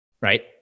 right